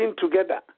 together